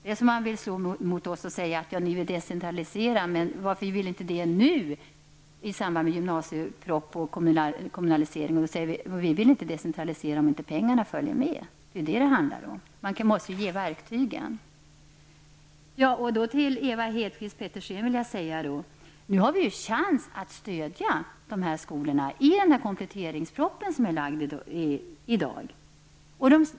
Man säger att vi vill decentralisera och frågar varför vi inte vill göra det nu i samband med framläggandet av gymnasiepropositionen och införandet av kommunaliseringen på skolans område. Men vi vill inte decentralisera om inte pengarna följer med. Det är vad det handlar om. Verktygen måste finnas. Nu har vi chansen, Ewa Hedkvist Petersen, att stödja dessa skolor i och med denna kompletteringsproposition.